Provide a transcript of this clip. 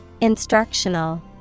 Instructional